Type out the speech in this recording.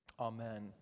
Amen